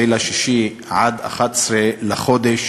4 ביוני עד 11 בחודש,